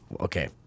okay